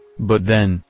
but then,